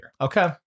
Okay